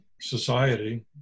society